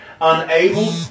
unable